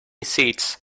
seats